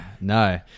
no